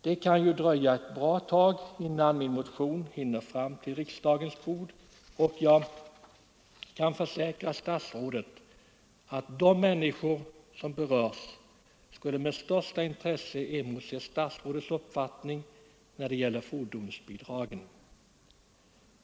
Det kan dröja ganska länge innan min motion hinner fram till riksdagens bord, och jag kan försäkra statsrådet att de människor som berörs skulle med största intresse motse statsrådets uppfattning när det gäller fordonsbidragen.